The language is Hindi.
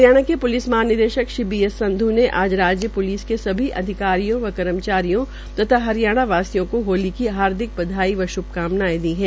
हरियाणा के प्लिस महानिदेशक श्री बी एस संध् ने आज राज्य प्लिस के सभी अधिकारियों व कर्मचारियों तथा हरियाणावासियों को होली की हार्दिक बधाई व श्भकामनाएं दी है